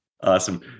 Awesome